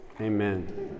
Amen